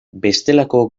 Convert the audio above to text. bestelako